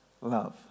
love